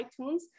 iTunes